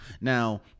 now